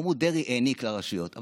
אמרו: דרעי העניק לרשויות.